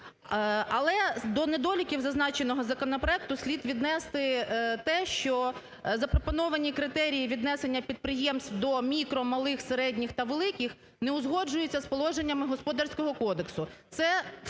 Але до недоліків зазначеного законопроекту слід віднести те, що запропоновані критерії віднесення підприємств до мікро, малих, середніх та великих не узгоджується з положеннями Господарського кодексу. Це конче